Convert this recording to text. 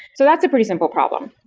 so that's a pretty simple problem.